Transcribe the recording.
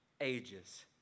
ages